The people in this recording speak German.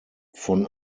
von